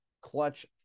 clutch